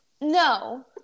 No